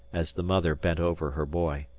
as the mother bent over her boy.